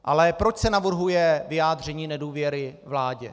Ale proč se navrhuje vyjádření nedůvěry vládě?